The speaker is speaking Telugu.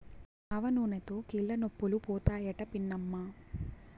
ఆవనూనెతో కీళ్లనొప్పులు పోతాయట పిన్నమ్మా